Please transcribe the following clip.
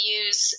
use